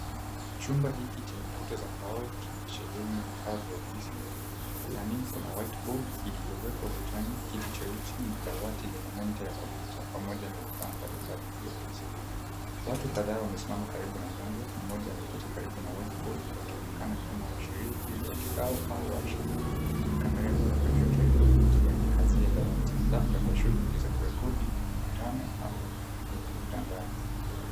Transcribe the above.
Chumba hiki chenye kuta za mbao kimesheheni vifaa vya ofisi kuliani kuna whiteboard iliyowekwa ukatani, kiti jeusi, dawati lenye monitor ya kompyuta pamoja na vifaa mbalimbali vya ofisi. Watu kadhaa wamesimama karibu na mlango, mmoja ameketi karibu na whiteboard wakionekana kama washiriki la kikao au warsha. Kamera imewekwa juu ya tray board ikiangazia dawati, labda kwa shughuli za kurekodi mkutano ama mtandao.